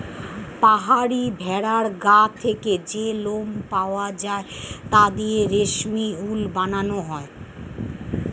পাহাড়ি ভেড়ার গা থেকে যে লোম পাওয়া যায় তা দিয়ে রেশমি উল বানানো হয়